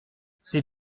c’est